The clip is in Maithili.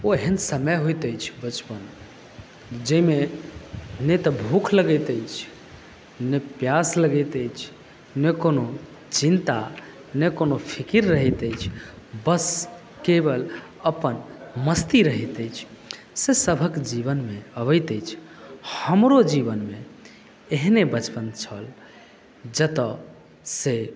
ओ एहन समय होइत अछि बचपन जाहिमे नहि तऽ भूख लगैत अछि ने प्यास लगैत अछि ने कोनो चिन्ता ने कोनो फिकीर रहैत अछि बस केवल अपन मस्ती रहैत अछि से सभक जीवनमे अबैत अछि हमरो जीवनमे एहने बचपन छल जतयसॅं